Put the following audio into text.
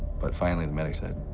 but finally the medic said,